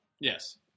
Yes